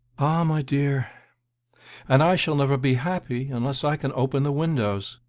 ah, my dear and i shall never be happy unless i can open the windows!